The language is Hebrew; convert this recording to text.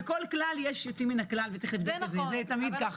בכל כלל יש יוצאים מן הכלל, זה תמיד כך.